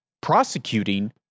prosecuting